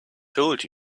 told